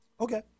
Okay